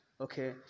Okay